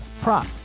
prop